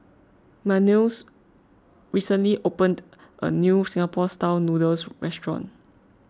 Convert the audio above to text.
Manuel's recently opened a new Singapore Style Noodles restaurant